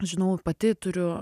žinau pati turiu